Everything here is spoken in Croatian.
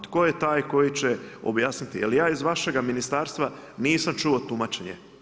Tko je taj koji će objasniti, jer ja iz vašega ministarstva nisam čuo tumačenje.